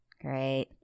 Great